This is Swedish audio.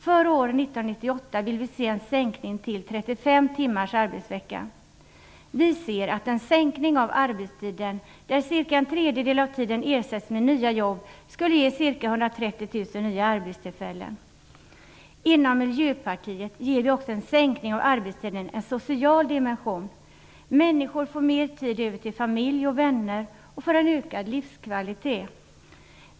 Före år 1998 vill vi se en sänkning till 35 timmars arbetsvecka. Vi ser att en sänkning av arbetstiden, där ca en tredjedel av tiden ersätts med nya jobb, skulle ge ca 130 000 nya arbetstillfällen. Inom Miljöpartiet ger vi också en sänkning av arbetstiden en social dimension. Människor får mer tid över till familj och vänner och får en ökad livskvalitet.